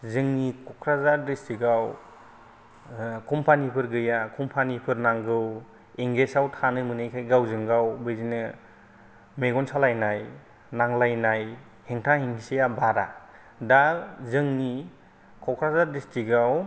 जोंनि क'क्राझार डिसट्रिक आव कम्पानिफोर गैया कम्पानि फोर नांगौ इंगेजआव थानो मोनैखाय गावजों गाव बिदिनो मेगन सालायनाय नांलायना हेंथा हेंसिआ बारा दा जोंनि क'क्राझार डिस्ट्रिक्टआव